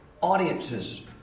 audiences